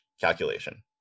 calculation